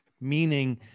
meaning